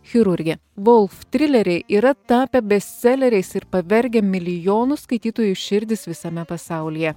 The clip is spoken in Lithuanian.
chirurgė bauf trileriai yra tapę bestseleriais ir pavergia milijonų skaitytojų širdis visame pasaulyje